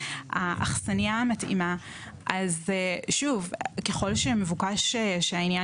האכסניה המתאימה - ככול שמבוקש שהעניין